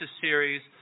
series